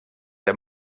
der